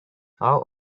how